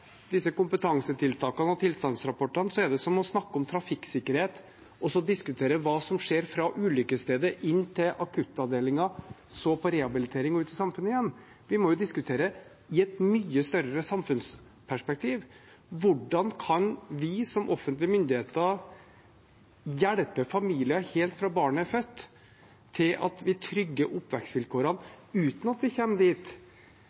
disse kompetansetiltakene og tilstandsrapportene, er det som å snakke om trafikksikkerhet ved å diskutere hva som skjer fra ulykkesstedet inn til akuttavdelingen, til rehabilitering og ut i samfunnet igjen. Vi må diskutere i et mye større samfunnsperspektiv: Hvordan kan vi som offentlige myndigheter hjelpe familier helt fra barnet er født, til